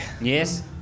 Yes